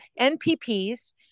NPPs